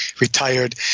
retired